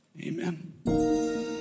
amen